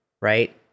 Right